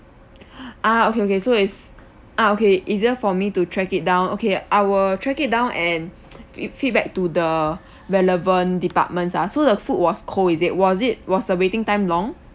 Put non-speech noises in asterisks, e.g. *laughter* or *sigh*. *breath* ah okay okay so is ah okay easier for me to track it down okay I will track it down and *noise* feed feedback to the relevant departments ah so the food was cold is it was it was the waiting time long